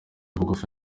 bugufi